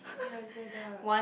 ya it's very dark